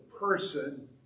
person